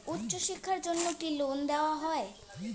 উচ্চশিক্ষার জন্য কি লোন দেওয়া হয়?